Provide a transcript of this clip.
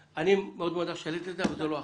אני מאוד מודה לך על שהעלית את זה אבל זו לא האכסניה.